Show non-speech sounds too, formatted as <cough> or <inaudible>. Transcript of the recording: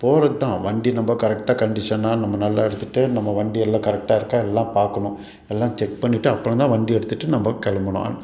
போகிறது தான் வண்டி நம்ப கரெக்டாக கண்டிஷனாக நம்ம நல்லா எடுத்துகிட்டு நம்ம வண்டி எல்லாம் கரெக்டாக இருக்கா எல்லாம் பார்க்கணும் எல்லாம் செக் பண்ணிவிட்டு அப்புறம் தான் வண்டி எடுத்துகிட்டு நம்ப கிளம்பணும் <unintelligible>